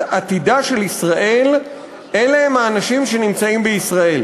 עתידה של ישראל אלה הם האנשים שנמצאים בישראל.